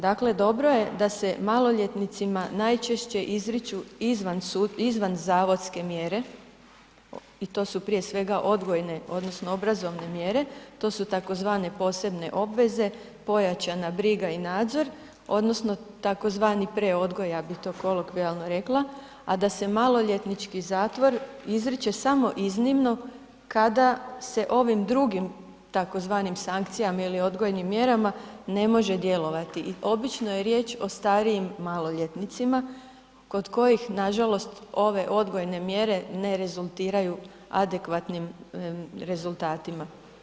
Dakle dobro je da se maloljetnicima najčešće izriču izvan zavodske mjere i to su prije svega odgojne odnosno obrazovne mjere, to su tzv. posebne obveze, pojačana briga i nadzor odnosno tzv. preodgoj, ja bi to kolokvijalno rekla a da se maloljetnički zatvor izriče samo iznimno kada se ovim drugim tzv. sankcijama ili odgojnim mjerama ne može djelovati, obično je riječ o starijim maloljetnicima kod kojih nažalost ove odgojne mjere ne rezultiraju adekvatnim rezultatima.